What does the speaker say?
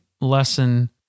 lesson